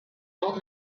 old